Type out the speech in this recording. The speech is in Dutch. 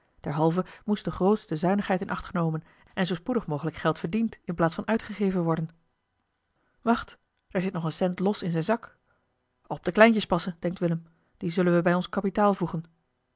de grootste zuinigheid in acht genomen en zoo spoedig mogelijk geld verdiend in plaats van uitgegeven worden wacht daar zit nog eene cent los in zijn zak op de kleintjes passen denkt willem die zullen we bij ons kapitaal voegen